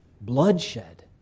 bloodshed